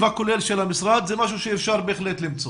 הכולל של המשרד זה משהו שאפשר בהחלט למצוא.